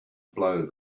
blow